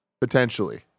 Potentially